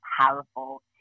powerful